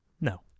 No